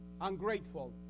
Ungrateful